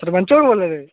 सरपंच होर बोलै दे